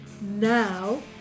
now